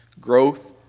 Growth